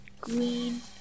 green